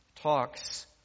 Talks